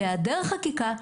בהיעדר חקיקה,